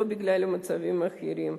לא בגלל מצבים אחרים,